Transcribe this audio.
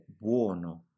buono